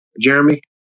Jeremy